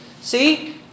See